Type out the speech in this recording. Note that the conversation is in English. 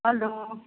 hello